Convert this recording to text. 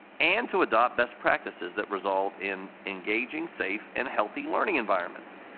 and to adopt best practices that result in engaging safe and healthy learning environments.